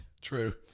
True